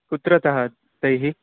कुत्रतः तैः